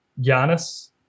Giannis